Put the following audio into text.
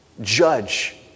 Judge